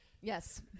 Yes